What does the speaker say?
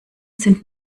sind